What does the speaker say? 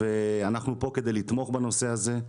אנחנו פה כדי לתמוך בנושא הזה,